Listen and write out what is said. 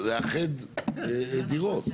לאחד דירות.